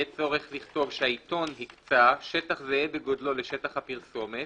יהיה צורך לכתוב שהעיתון "הקצה שטח זהה בגודלו לשטח הפרסומת